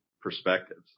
perspectives